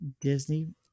Disney